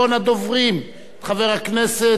את חבר הכנסת נסים זאב.